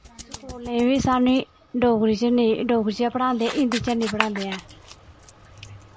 एह् बी स्हानू डोगरी च गै पढ़ांदे हिन्दी च नेंई पढ़ांदे ऐ